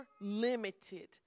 limited